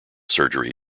surgery